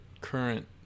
current